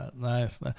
Nice